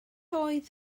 oedd